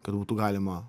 kad būtų galima